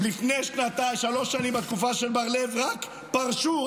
לפני שלוש שנים בתקופה של בר לב רק פרשו,